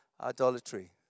idolatry